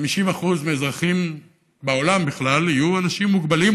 50% מהאזרחים בעולם בכלל יהיו אנשים מוגבלים,